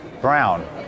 Brown